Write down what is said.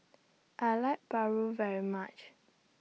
I like Paru very much